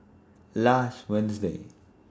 last Wednesday